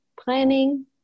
planning